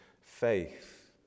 faith